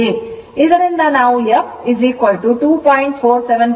ಇದರಿಂದ ನಾವು f 2